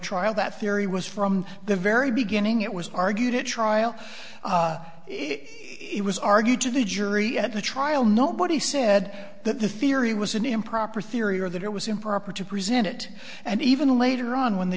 trial that theory was from the very beginning it was argued at trial it was argued to the jury at the trial nobody said that the theory was an improper theory or that it was improper to present it and even later on when the